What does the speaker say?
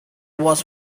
was